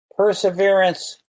Perseverance